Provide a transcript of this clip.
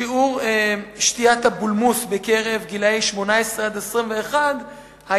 שיעור שתיית הבולמוס בקרב גילאי 18 21 בחודש